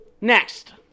Next